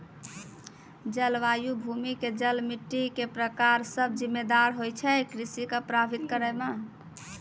जलवायु, भूमि के जल, मिट्टी के प्रकार सब जिम्मेदार होय छै कृषि कॅ प्रभावित करै मॅ